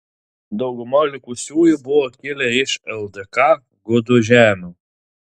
dauguma likusiųjų buvo kilę iš ldk gudų žemių